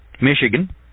Michigan